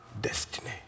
destiny